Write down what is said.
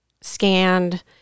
scanned